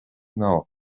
now